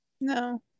no